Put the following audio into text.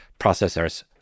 processors